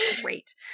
great